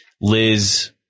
Liz